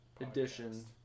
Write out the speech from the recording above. edition